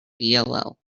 dll